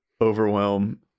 overwhelm